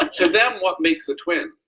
to them what makes a twin?